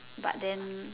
but then